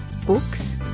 books